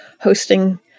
hosting